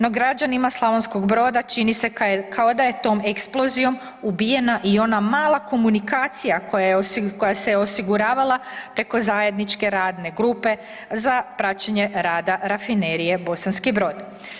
No, građanima Slavonskog Broda čini se kao da je tom eksplozijom ubijena i ona mala komunikacija koja se osiguravala preko zajedničke radne grupe za praćenje rada Rafinerije Bosanski Brod.